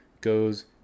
goes